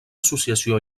associació